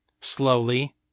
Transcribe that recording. Slowly